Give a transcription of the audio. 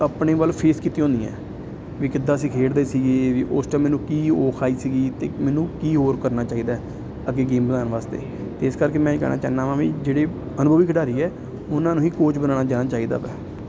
ਆਪਣੇ ਵੱਲ ਫੇਸ ਕੀਤੀਆਂ ਹੁੰਦੀਆਂ ਵੀ ਕਿੱਦਾਂ ਅਸੀਂ ਖੇਡਦੇ ਸੀਗੇ ਵੀ ਉਸ ਟਾਈਮ ਮੈਨੂੰ ਕੀ ਔਖ ਆਈ ਸੀਗੀ ਅਤੇ ਮੈਨੂੰ ਕੀ ਹੋਰ ਕਰਨਾ ਚਾਹੀਦਾ ਅੱਗੇ ਗੇਮ ਬਣਾਉਣ ਵਾਸਤੇ ਅਤੇ ਇਸ ਕਰਕੇ ਮੈਂ ਇਹ ਕਹਿਣਾ ਚਾਹੁੰਦਾ ਹਾਂ ਵੀ ਜਿਹੜੇ ਅਨੁਭਵੀ ਖਿਡਾਰੀ ਹੈ ਉਹਨਾਂ ਨੂੰ ਹੀ ਕੋਚ ਬਣਾਉਣਾ ਜਾਣਾ ਚਾਹੀਦਾ ਹੈ